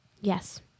Yes